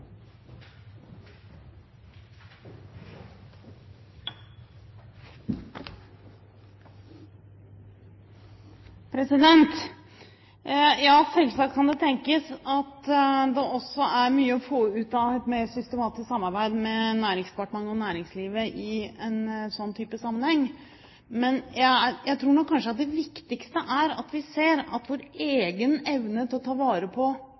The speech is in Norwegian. Ja, selvsagt kan det tenkes at det også er mye å få ut av et mer systematisk samarbeid med Næringsdepartementet og næringslivet i en sånn sammenheng, men jeg tror nok kanskje det viktigste er at vi ser at vår egen evne til å ta vare på